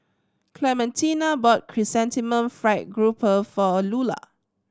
Clementina bought Chrysanthemum Fried Grouper for Lulah